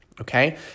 Okay